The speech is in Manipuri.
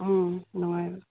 ꯎꯝ ꯅꯨꯡꯉꯥꯏ